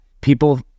people